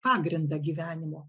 pagrindą gyvenimo